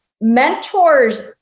Mentors